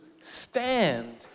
stand